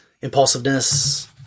impulsiveness